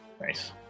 Nice